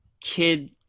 kid